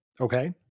Okay